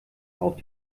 auch